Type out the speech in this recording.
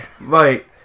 Right